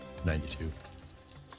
92